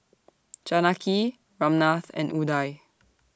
Janaki Ramnath and Udai